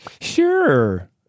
Sure